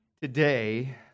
today